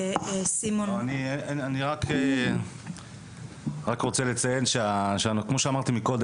אני רק רוצה לציין שכמו שאמרתם מקודם